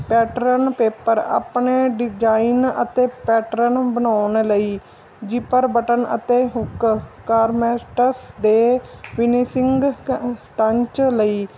pattern paper ਆਪਣੇ design ਅਤੇ pattern ਬਣਾਉਣ ਲਈ ਜੀਪਰ ਬਟਨ ਅਤੇ ਹੁੱਕ ਕਾਰਮੈਸਟਸ ਦੇ ਵਿਨੀਸਿਘ ਕ ਪੰਚ ਲਈ